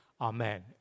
Amen